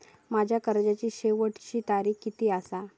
माझ्या कर्जाची शेवटची तारीख किती आसा?